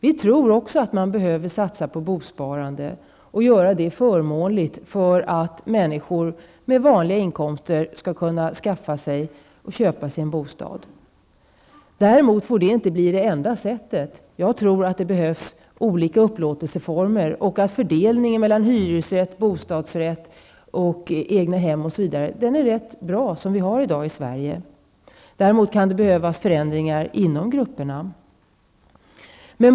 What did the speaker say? Vi tror också att det är nödvändigt att satsa på bosparandet och att göra detta förmånligt, så att människor med vanliga inkomster kan skaffa sig, köpa sig, en bostad. Men det får inte bli så, att detta är enda sättet att garantera bra bostäder. Jag tror nämligen att det behövs olika upplåtelseformer och att den fördelning mellan hyresrätt, bostadsrätt, egnahem osv. som finns i Sverige i dag är rätt bra. Däremot kan det behövas förändringar inom de olika grupperna.